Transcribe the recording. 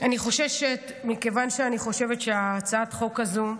אני חוששת, מכיוון שאני חושבת שהצעת החוק הזו,